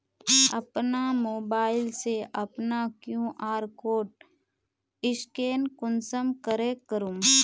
अपना मोबाईल से अपना कियु.आर कोड स्कैन कुंसम करे करूम?